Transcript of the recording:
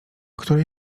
której